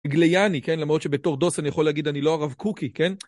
גלייני כן למרות שבתור דוס אני יכול להגיד אני לא הרב קוקי כן